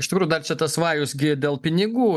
iš tikrųjų dar čia tas vajus gi dėl pinigų